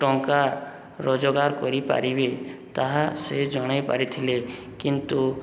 ଟଙ୍କା ରୋଜଗାର କରିପାରିବେ ତାହା ସେ ଜଣେଇ ପାରିଥିଲେ କିନ୍ତୁ